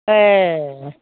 ए